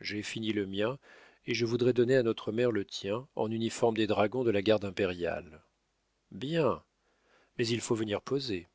j'ai fini le mien et je voudrais donner à notre mère le tien en uniforme des dragons de la garde impériale bien mais il faut venir poser